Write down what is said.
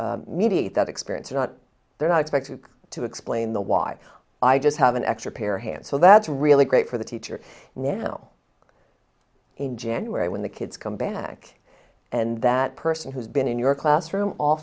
mediate that experience or not they're not expected to explain the why i just have an extra pair hands so that's really great for the teacher now in january when the kids come back and that person who's been in your classroom all